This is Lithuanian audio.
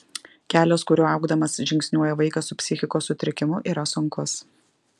kelias kuriuo augdamas žingsniuoja vaikas su psichikos sutrikimu yra sunkus